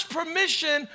permission